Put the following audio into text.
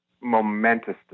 momentous